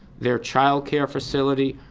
their childcare facility,